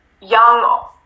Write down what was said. young